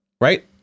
right